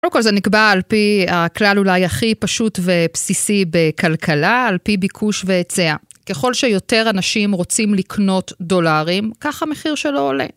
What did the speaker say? קודם כל זה נקבע על פי הכלל אולי הכי פשוט ובסיסי בכלכלה, על פי ביקוש והיצע. ככל שיותר אנשים רוצים לקנות דולרים, ככה המחיר שלו עולה.